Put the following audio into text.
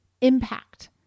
impact